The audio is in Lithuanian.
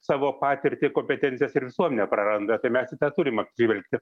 savo patirtį kompetencijas ir visuonemė praranda tai mes į tą turim atsižvelgti